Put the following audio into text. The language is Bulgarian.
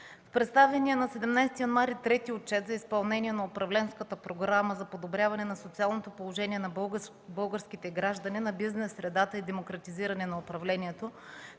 В представения на 17 януари 2014 г. Трети отчет за изпълнение на Управленската програма за подобряване на социалното положение на българските граждани, на бизнес средата и демократизиране на управлението